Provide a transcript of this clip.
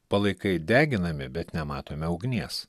palaikai deginami bet nematome ugnies